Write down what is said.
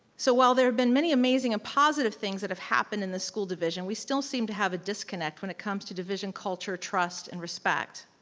so while there have been many amazing and positive things that have happened in the school division, we still seem to have a disconnect when it comes to division culture, trust, and respect.